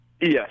Yes